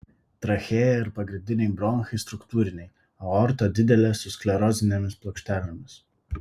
trachėja ir pagrindiniai bronchai struktūriniai aorta didelė su sklerozinėmis plokštelėmis